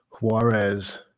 Juarez